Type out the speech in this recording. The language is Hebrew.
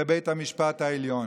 בבית המשפט העליון.